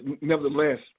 nevertheless –